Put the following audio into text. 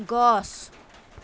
গছ